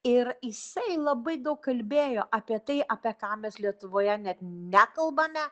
ir jisai labai daug kalbėjo apie tai apie ką mes lietuvoje net nekalbame